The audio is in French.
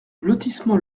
lotissement